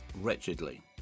wretchedly